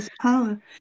power